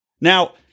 Now